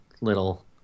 little